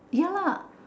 ya lah